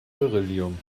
beryllium